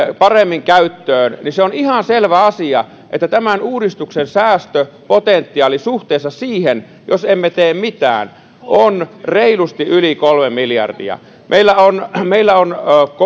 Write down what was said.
paremmin käyttöön joten se on ihan selvä asia että tämän uudistuksen säästöpotentiaali suhteessa siihen jos emme tee mitään on reilusti yli kolme miljardia meillä on meillä on